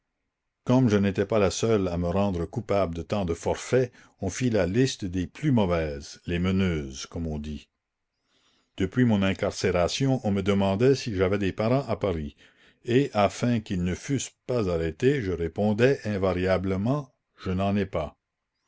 comme je n'étais pas la seule à me rendre coupable de tant de forfaits on fit la liste des plus mauvaises les meneuses comme on dit depuis mon incarcération on me demandait si j'avais des parents à paris et afin qu'ils ne fussent pas arrêtés je répondais invariablement je n'en ai pas